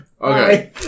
Okay